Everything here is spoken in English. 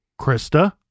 Krista